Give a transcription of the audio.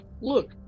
look